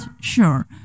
sure